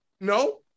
No